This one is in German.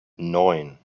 neun